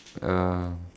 uh